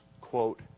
quote